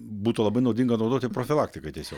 būtų labai naudinga naudoti profilaktiką tiesiog